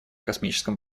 космическом